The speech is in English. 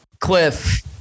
cliff